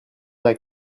saint